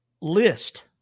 List